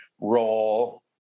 role